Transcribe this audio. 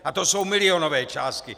A to jsou milionové částky.